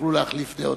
ותוכלו להחליף דעות.